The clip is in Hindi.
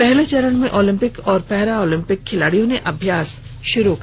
पहले चरण में ओलम्पिक और पैरा ओलम्पिक खिलाड़ियों ने अभ्यास शुरू कर दिया